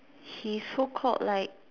he's so called like